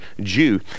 Jew